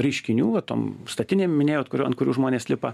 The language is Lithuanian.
reiškinių va tom statinėm minėjot kurio ant kurių žmonės lipa